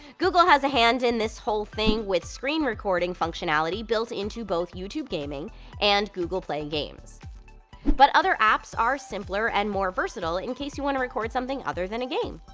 google has a hand in this whole thing with screen recording functionality built into both youtube gaming and google play games but other apps are simpler and more versatile in case you want to record something other than a game.